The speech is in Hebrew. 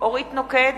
אורית נוקד,